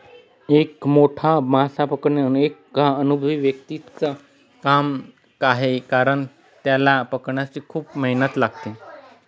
एक मोठा मासा पकडणे एका अनुभवी व्यक्तीच च काम आहे कारण, त्याला पकडण्यासाठी खूप मेहनत लागते